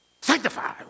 Sanctify